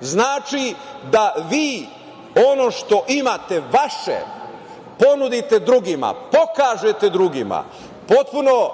znači da vi ono što imate vaše ponudite drugima, pokažete drugima, potpuno